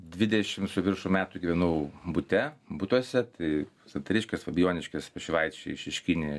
dvidešim su viršum metų gyvenau bute butuose tai santariškės fabijoniškės pašilaičiai šeškinė